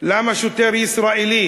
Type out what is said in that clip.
למה שוטר ישראלי